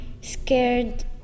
scared